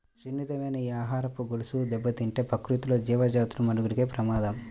సున్నితమైన ఈ ఆహారపు గొలుసు దెబ్బతింటే ప్రకృతిలో జీవజాతుల మనుగడకే ప్రమాదం